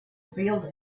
field